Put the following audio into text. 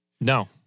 No